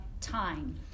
time